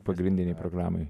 pagrindinėj programoj